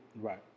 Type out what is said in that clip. Right